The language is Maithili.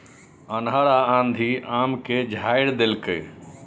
अन्हर आ आंधी आम के झाईर देलकैय?